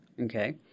okay